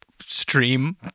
stream